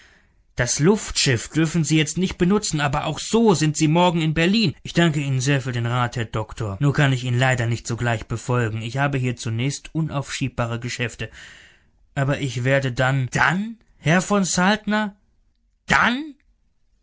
das luftschiff dürfen sie jetzt nicht benutzen aber auch so sind sie morgen in berlin ich danke ihnen sehr für den rat herr doktor nur kann ich ihn leider nicht sogleich befolgen ich habe hier zunächst unaufschiebbare geschäfte aber ich werde dann dann herr von saltner dann